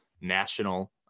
national